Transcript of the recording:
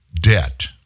debt